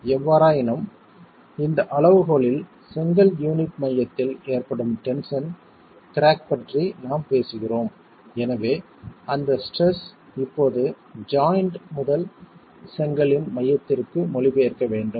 எவ்வாறாயினும் இந்த அளவுகோலில் செங்கல் யூனிட் மையத்தில் ஏற்படும் டென்ஷன் கிராக் பற்றி நாம் பேசுகிறோம் எனவே அந்த ஸ்ட்ரெஸ் இப்போது ஜாய்ண்ட் முதல் செங்கலின் மையத்திற்கு மொழிபெயர்க்க வேண்டும்